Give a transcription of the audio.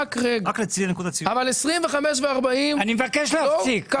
אני מבקש להפסיק.